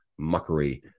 muckery